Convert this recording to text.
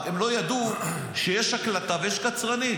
רק הם לא ידעו שיש הקלטה ויש קצרנית,